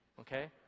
okay